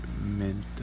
meant